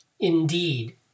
Indeed